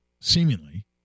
seemingly